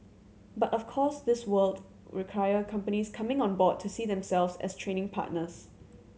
but of course this would require companies coming on board to see themselves as training partners